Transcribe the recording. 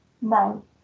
no